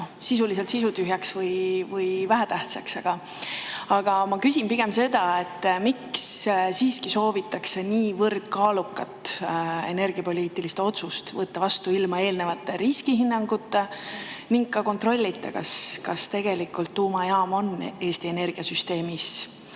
sisuliselt sisutühjaks või vähetähtsaks. Ma küsin pigem seda, miks siiski soovitakse niivõrd kaalukat energiapoliitilist otsust võtta vastu ilma eelneva riskihinnanguta ning ka kontrollita, kas tuumajaam on Eesti energiasüsteemis